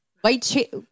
white